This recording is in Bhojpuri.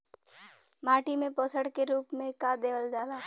माटी में पोषण के रूप में का देवल जाला?